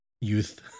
youth